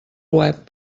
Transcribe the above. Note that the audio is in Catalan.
web